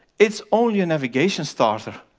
it's only a navigation starter.